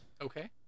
Okay